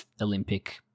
Olympic